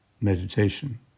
meditation